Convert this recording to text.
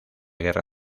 guerra